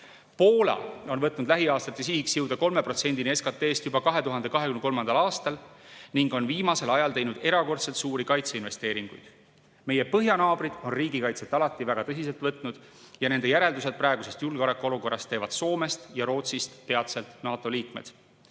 Poola on võtnud lähiaastate sihiks jõuda 3%-ni SKT-st juba 2023. aastal ning on viimasel ajal teinud erakordselt suuri kaitseinvesteeringuid. Meie põhjanaabrid on riigikaitset alati väga tõsiselt võtnud ja nende järeldused praegusest julgeolekuolukorrast teevad Soomest ja Rootsist peatselt NATO liikmed.